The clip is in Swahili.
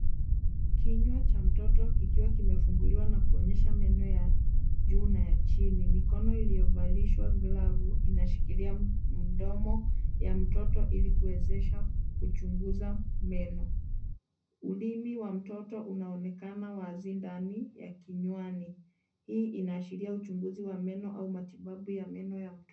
Kinywa cha mtoto kikiwa kimefunguliwa na kuonyesha meno yake juu na ya chini. Mikono iliyovalishwa glavu inashikilia mdomo ya mtoto ilikuwezesha kuchunguza meno. Ulimi wa mtoto unaonekana wazi ndani ya kinywani. Hii inaashiria uchunguzi wa meno au matibabu ya meno ya mtoto.